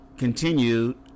continued